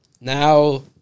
Now